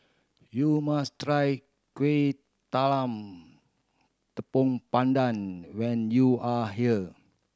you must try Kueh Talam Tepong Pandan when you are here